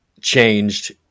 changed